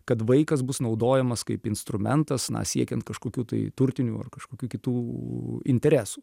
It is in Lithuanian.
kad vaikas bus naudojamas kaip instrumentas na siekiant kažkokių tai turtinių ar kažkokių kitų interesų